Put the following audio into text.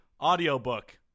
audiobook